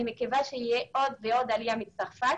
אני מקווה שתהיה עוד ועוד עלייה מצרפת.